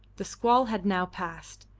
the squall had now passed,